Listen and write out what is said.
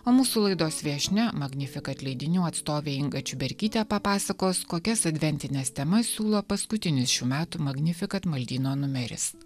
o mūsų laidos viešnia magnificat leidinių atstovė inga čiuberkytė papasakos kokias adventines temas siūlo paskutinis šių metų magnificat maldyno numeris